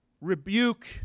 rebuke